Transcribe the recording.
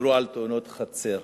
דיברו על תאונות חצר,